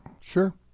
Sure